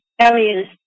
areas